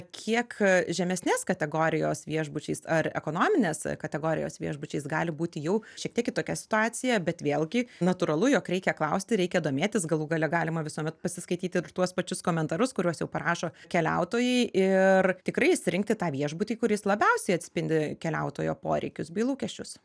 kiek žemesnės kategorijos viešbučiais ar ekonominės kategorijos viešbučiais gali būti jau šiek tiek kitokia situacija bet vėlgi natūralu jog reikia klausti reikia domėtis galų gale galima visuomet pasiskaityti ir tuos pačius komentarus kuriuos jau parašo keliautojai ir tikrai išsirinkti tą viešbutį kuris labiausiai atspindi keliautojo poreikius bei lūkesčius